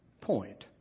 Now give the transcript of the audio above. point